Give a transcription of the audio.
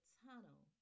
tunnel